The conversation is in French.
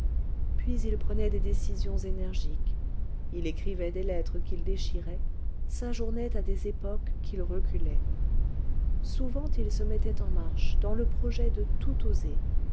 puis il prenait des décisions énergiques il écrivait des lettres qu'il déchirait s'ajournait à des époques qu'il reculait souvent il se mettait en marche dans le projet de tout oser